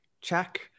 check